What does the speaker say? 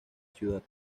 ciudad